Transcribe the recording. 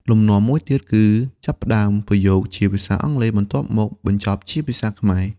លំនាំមួយទៀតគឺចាប់ផ្តើមប្រយោគជាភាសាអង់គ្លេស បន្ទាប់មកបញ្ចប់ជាភាសាខ្មែរ។